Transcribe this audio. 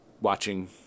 watching